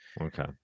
okay